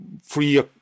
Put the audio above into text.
Free